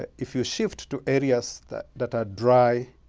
ah if you shift to areas that that are dry